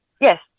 Yes